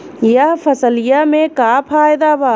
यह फसलिया में का फायदा बा?